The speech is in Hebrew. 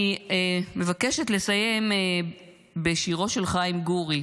אני מבקשת לסיים בשירו של חיים גורי,